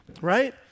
Right